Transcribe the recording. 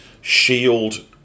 SHIELD